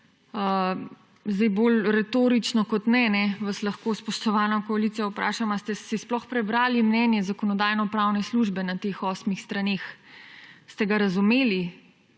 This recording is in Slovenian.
Bolj retorično kot ne vas lahko, spoštovana koalicija, vprašam, a ste si sploh prebrali mnenje Zakonodajno-pravne službe na teh osmih straneh. Ste ga razumeli?